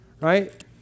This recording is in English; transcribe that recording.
right